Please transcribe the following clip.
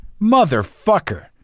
Motherfucker